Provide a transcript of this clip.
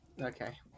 Okay